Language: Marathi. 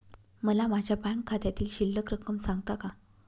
मला माझ्या बँक खात्यातील शिल्लक रक्कम सांगता का?